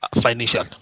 financial